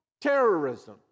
terrorism